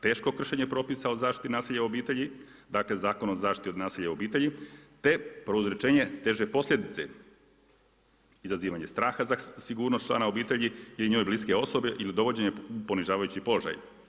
Teško kršenje propisa od zaštite nasilje u obitelji, dakle Zakon o zaštiti od nasilja u obitelji, te prouzročene teže posljedice, izazivanje straha za sigurnost člana obitelji ili njoj bliske osobe ili dovođenje u ponižavajući položaj.